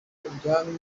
ubwami